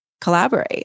collaborate